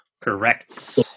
Correct